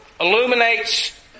Illuminates